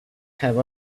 have